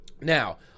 Now